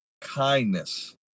kindness